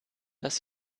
dass